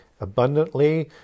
abundantly